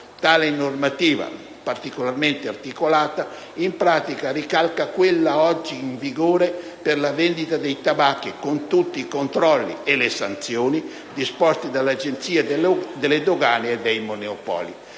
Tale normativa, particolarmente articolata, in pratica ricalca quella oggi in vigore per la vendita dei tabacchi con tutti i controlli e le sanzioni disposti dall'Agenzia delle dogane e dei monopoli.